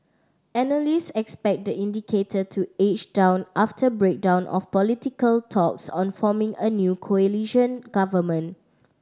analyst expect the indicator to edge down after breakdown of political talks on forming a new coalition government